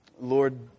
Lord